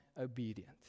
obedient